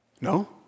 No